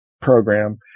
program